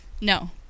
No